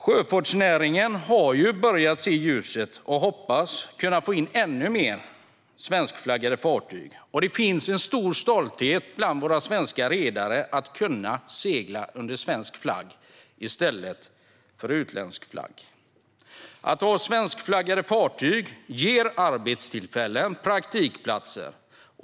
Sjöfartsnäringen har börjat se ljuset och hoppas kunna få in ännu fler svenskflaggade fartyg, och det finns en stor stolthet bland våra svenska redare i att segla under svensk flagg i stället för utländsk. Att ha svenskflaggade fartyg ger arbetstillfällen och praktikplatser.